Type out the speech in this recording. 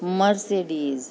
Mercedes